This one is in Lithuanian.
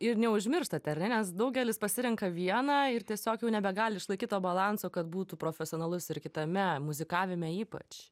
ir neužmirštat ar ne nes daugelis pasirenka vieną ir tiesiog jau nebegali išlaikyti to balanso kad būtų profesionalus ir kitame muzikavime ypač